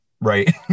Right